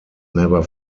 never